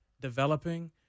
developing